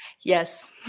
Yes